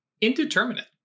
Indeterminate